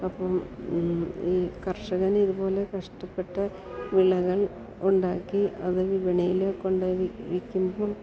അപ്പം ഈ കർഷകനിതു പോലെ കഷ്ടപ്പെട്ട് വിളകൾ ഉണ്ടാക്കി അത് വിപണിയിൽ കൊണ്ട് വി വിൽക്കുമ്പോൾ